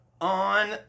on